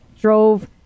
drove